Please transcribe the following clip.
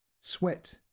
Sweat